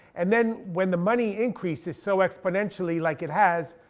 and then when the money increases so exponentially like it has,